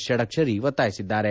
ಷಡಕ್ಷರಿ ಒತ್ತಾಯಿಸಿದ್ದಾರೆ